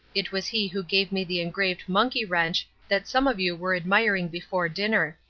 it was he who gave me the engraved monkey wrench that some of you were admiring before dinner.